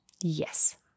Yes